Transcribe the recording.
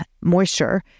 moisture